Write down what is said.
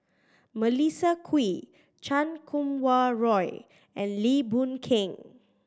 Melissa Kwee Chan Kum Wah Roy and Lim Boon Keng